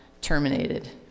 terminated